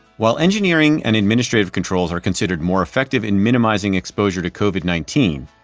while engineering and administrative controls are considered more effective in minimizing exposure to covid nineteen,